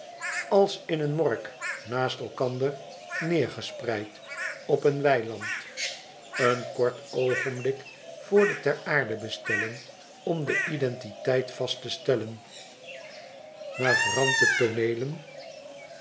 als in een morgue naast elkander neêrgespreid op een weiland een kort oogenblik voor de ter aarde bestelling om de identiteit vast te stellen navraute tooneelen